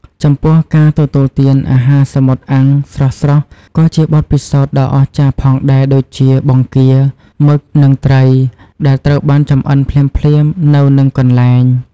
ចំពោះការទទួលទាន អាហារសមុទ្រអាំង ស្រស់ៗ ក៏ជាបទពិសោធន៍ដ៏អស្ចារ្យផងដែរ ដូចជាបង្គា មឹក និងត្រី ដែលត្រូវបានចម្អិនភ្លាមៗនៅនឹងកន្លែង។